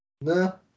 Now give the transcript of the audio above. No